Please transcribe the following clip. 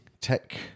tech